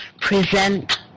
present